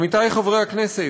עמיתי חברי הכנסת,